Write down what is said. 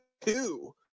two